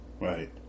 Right